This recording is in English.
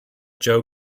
joe